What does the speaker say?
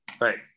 right